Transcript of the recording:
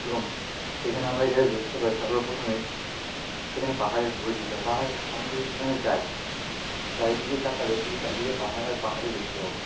এবং সেখানে আমরা গেলে দেখতে পাই সর্বপোথমেই সেখানে পাহাড়ের পরিধিটা পাহাড় আমরা যদি সেখানে যাই চারিদিকে তাকালে শুধু চারিদিকে পাহাড় আর পাহাড়ই দেখতে পাবো